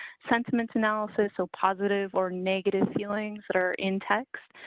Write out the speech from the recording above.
sentiment, analysis. so positive or negative feelings. that are in text.